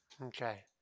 Okay